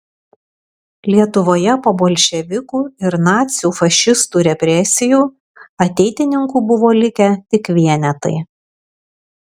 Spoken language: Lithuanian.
lietuvoje po bolševikų ir nacių fašistų represijų ateitininkų buvo likę tik vienetai